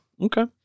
Okay